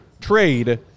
trade